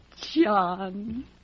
John